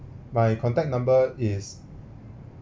my contact number is